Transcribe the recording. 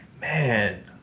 man